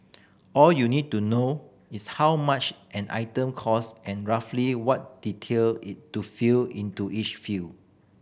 all you need to know is how much an item cost and roughly what detail to fill into each field